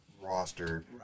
roster